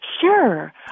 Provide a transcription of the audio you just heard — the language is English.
Sure